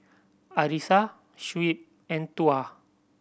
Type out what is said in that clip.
Arissa Shuib and Tuah